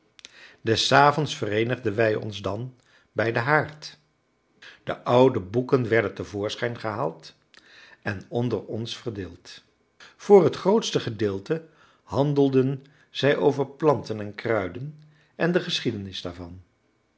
des avonds vereenigden wij ons dan bij den haard de oude boeken werden te voorschijn gehaald en onder ons verdeeld voor het grootste gedeelte handelden zij over planten en kruiden en de geschiedenis daarvan